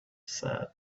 said